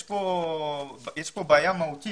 יש כאן בעיה מהותית.